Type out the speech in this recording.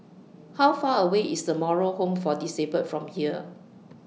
How Far away IS The Moral Home For Disabled from here